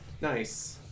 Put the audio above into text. nice